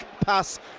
pass